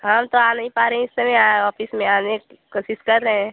हम तो आ नहीं पा रहें इस समय ऑफिस में आने की कोशिश कर रहे हैं